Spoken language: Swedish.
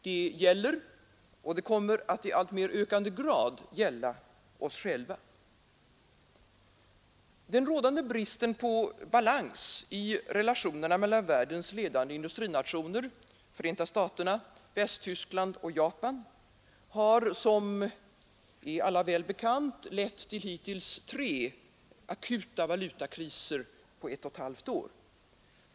Det gäller — och kommer att i alltmer ökande grad att gälla — oss själva. Den rådande bristen på balans i relationerna mellan världens ledande industrinationer Förenta staterna, Västtyskland och Japan har, som är alla väl bekant, lett till hittills tre akuta valutakriser på ett och ett halvt år.